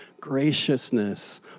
graciousness